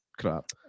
Crap